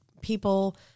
people